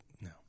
no